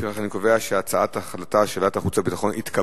לפיכך אני קובע שהצעת ההחלטה של ועדת החוץ והביטחון התקבלה.